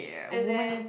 and then